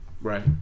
Right